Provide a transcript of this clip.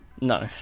No